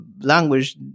language